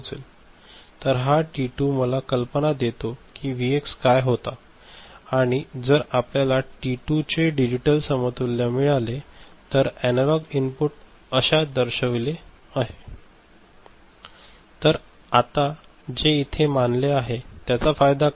तर हा टी 2 मला कल्पना देतो कि व्हीएक्स काय होता आणि जर आपल्याला टी 2 चे डिजिटल समतुल्य मिळाले तर हे अनालॉग इनपुट अश्या दर्शविले आहे तर आता जे इथे मानले आहे त्याचा फायदा काय